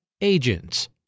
Agents